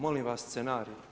Molim vas scenarij.